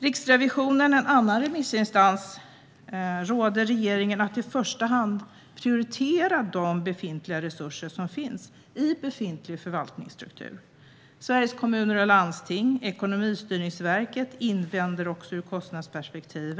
Riksrevisionen, en annan remissinstans, råder regeringen att i första hand prioritera de befintliga resurserna i befintlig förvaltningsstruktur. Sveriges Kommuner och Landsting och Ekonomistyrningsverket har invändningar ur ett kostnadsperspektiv.